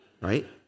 right